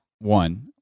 One